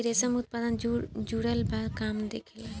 इ रेशम उत्पादन से जुड़ल सब काम देखेला